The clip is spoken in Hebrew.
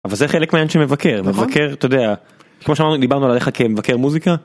אבל זה חלק מהעניין של מבקר, מבקר אתה יודע כמו שאמרנו דיברנו עליך כמבקר מוזיקה.